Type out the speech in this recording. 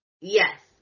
Yes